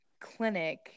clinic